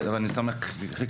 חברי חבר הכנסת,